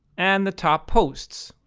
and the top posts.